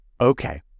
Okay